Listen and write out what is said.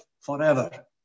forever